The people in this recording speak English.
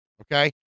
Okay